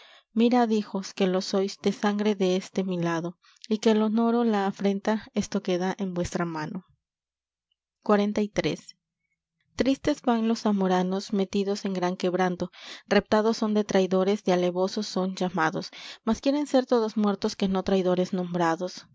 mirad hijos que lo sois de sangre deste mi lado y que el honor ó la afrenta eso queda en vuestra mano xliii tristes van los zamoranos metidos en gran quebranto reptados son de traidores de alevosos son llamados más quieren ser todos muertos que no traidores nombrados